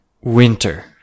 winter